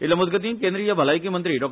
इतले मजगती केंद्रीय भलायकी मंत्री डा